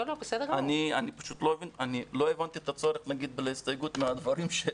לא הבנתי את הצורך בהסתייגות מהדברים שלי.